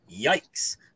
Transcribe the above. yikes